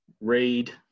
read